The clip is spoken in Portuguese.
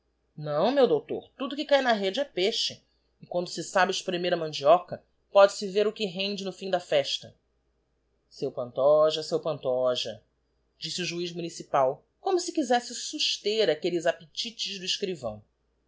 não meu doutor tudo o que cáe na rede é peixe e quando se sabe expremer a mandioca póde-se ver o que rende no íim da festa seu pantoja seu pantoja disse o juiz municipal como si quizesse suster aquelles appetites do escrivão